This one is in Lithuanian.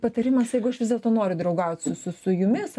patarimas jeigu aš vis dėlto noriu draugaut su su su jumis